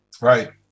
Right